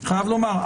אני חייב לומר.